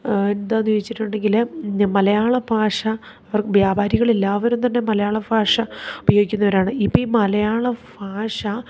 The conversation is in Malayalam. എന്താണെന്നു ചോദിച്ചിട്ടുണ്ടെങ്കിൽ മലയാള ഭാഷ അവർ വ്യാപാരികൾ എല്ലാവരും തന്നെ മലയാള ഭാഷ ഉപയോഗിക്കുന്നവരാണ് ഇപ്പം ഈ മലയാള ഭാഷ